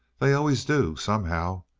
they always do, somehow.